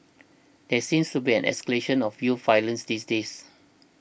there seems to be an escalation of youth violence these days